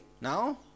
Now